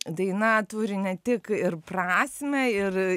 daina turi ne tik ir prasmę ir